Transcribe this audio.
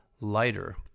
lighter